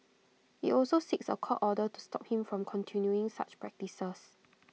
IT also seeks A court order to stop him from continuing such practices